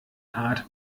art